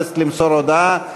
האכיפה (אמצעים לאכיפת תשלום מסים ולהרתעה מפני הלבנת הון)